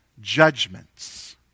judgments